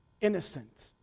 innocent